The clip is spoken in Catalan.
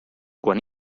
quan